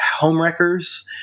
homewreckers